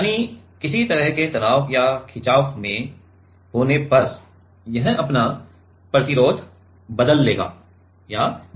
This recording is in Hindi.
यानी किसी तरह के तनाव या खिंचाव में होने पर यह अपना प्रतिरोध बदल लेता है